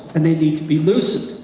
and they need to be loosened.